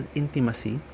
intimacy